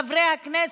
חברי הכנסת,